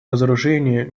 разоружения